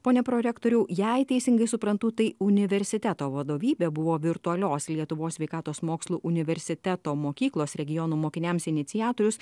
pone prorektoriau jei teisingai suprantu tai universiteto vadovybė buvo virtualios lietuvos sveikatos mokslų universiteto mokyklos regionų mokiniams iniciatorius